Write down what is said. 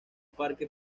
parque